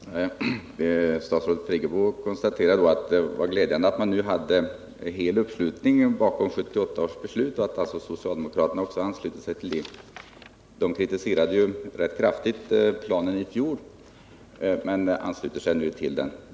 Herr talman! Statsrådet Friggebo konstaterade att det var glädjande att man nu hade en enhällig uppslutning bakom 1978 års beslut i och med att socialdemokraterna också anslutit sig till det. I fjol kritiserade socialdemokraterna energisparplanen rätt kraftigt, men de har nu anslutit sig till den.